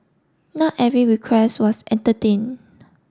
not every request was entertained